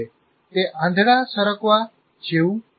તે આંધળા સરકવા જેવું છે